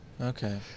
Okay